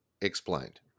explained